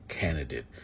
candidate